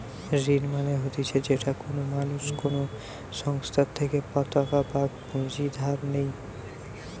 ঋণ মানে হতিছে যেটা কোনো মানুষ কোনো সংস্থার থেকে পতাকা বা পুঁজি ধার নেই